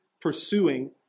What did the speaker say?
pursuing